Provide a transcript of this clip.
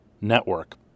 network